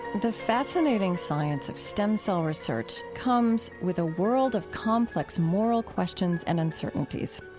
the fascinating science of stem cell research comes with a world of complex moral questions and uncertainties.